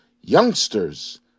Youngsters